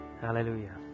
Hallelujah